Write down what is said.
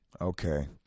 Okay